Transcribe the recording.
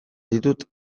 ditut